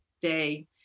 day